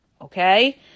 Okay